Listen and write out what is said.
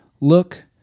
Look